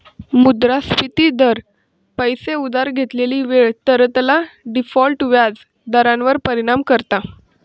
मुद्रास्फिती दर, पैशे उधार घेतलेली वेळ, तरलता, डिफॉल्ट व्याज दरांवर परिणाम करता